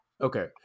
Okay